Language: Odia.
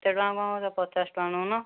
ଏତେ ଟଙ୍କା କ'ଣ ନେଉଛ ପଚାଶ ଟଙ୍କା ନେଉନ